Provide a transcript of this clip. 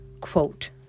quote